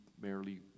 merely